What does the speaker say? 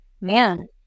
Man